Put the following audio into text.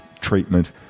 treatment